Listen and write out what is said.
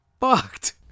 fucked